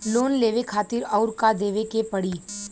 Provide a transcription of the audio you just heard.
Loan लेवे खातिर अउर का देवे के पड़ी?